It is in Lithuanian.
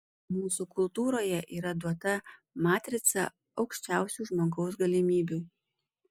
mūsų kultūroje yra duota matrica aukščiausių žmogaus galimybių